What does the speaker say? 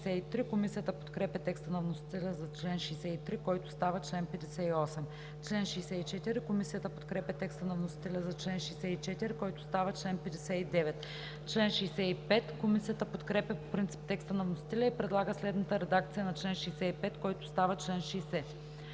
Комисията подкрепя текста на вносителя за чл. 63, който става чл. 58. Комисията подкрепя текста на вносителя за чл. 64, който става чл. 59. Комисията подкрепя по принцип текста на вносителя и предлага следната редакция на чл. 65, който става чл. 60: